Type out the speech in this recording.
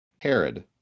Herod